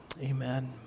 amen